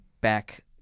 back